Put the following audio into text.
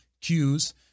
cues